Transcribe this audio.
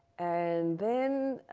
and then